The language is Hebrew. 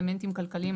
אלמנטים כלכליים,